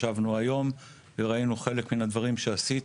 ישבנו היום וראינו חלק מהדברים שעשית